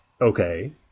Okay